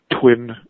twin